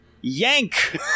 Yank